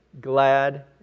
glad